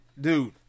Dude